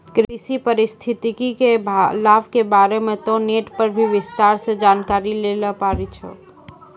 कृषि पारिस्थितिकी के लाभ के बारे मॅ तोहं नेट पर भी विस्तार सॅ जानकारी लै ल पारै छौ